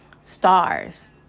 stars